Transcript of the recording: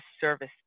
service